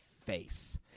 face